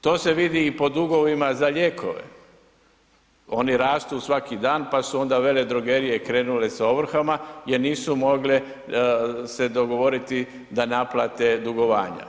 To se vidi po dugovima za lijekove, oni rastu svaki dan pa su onda veledrogerije krenule s ovrhama jer nisu mogle se dogovoriti da naplate dugovanja.